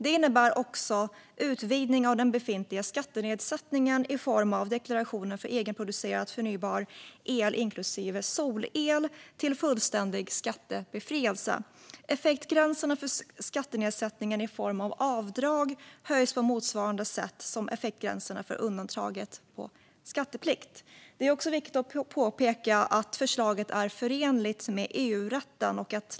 Det innebär också utvidgning av den befintliga skattenedsättningen i form av deklarationen för egenproducerad förnybar el, inklusive solel, till fullständig skattebefrielse. Effektgränserna för skattenedsättningen i form av avdrag höjs på motsvarande sätt som effektgränserna för undantaget från skatteplikt. Det är också viktigt att påpeka att förslaget är förenligt med EU-rätten.